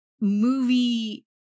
movie